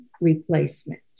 replacement